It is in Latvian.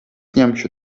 ņemšu